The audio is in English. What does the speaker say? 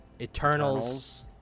Eternals